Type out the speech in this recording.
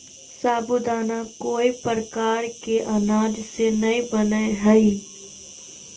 साबूदाना कोय प्रकार के अनाज से नय बनय हइ